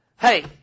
Hey